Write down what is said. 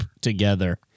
together